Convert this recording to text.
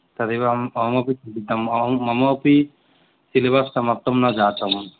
तदेव अहम् अहमपि चिन्तितम् अहं मम ममापि सिलेबस् समाप्तं न जातं